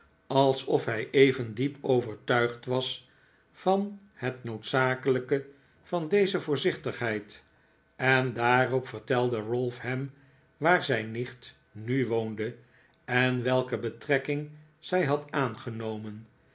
alsof hij even diep overtuigd was van het noodzakelijke van deze voorzichtigheid en daarop vertelde ralph hem waar zijn nicht nu woonde en welke betrekking zij had aangenomen